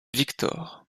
victor